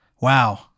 Wow